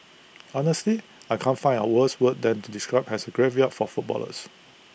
honesty I can't find A worse word than to describe as A graveyard for footballers